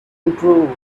improved